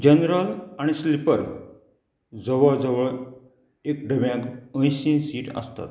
general आनी sleeper जवळ जवळ एक डब्याक अंयशी सीट आसतात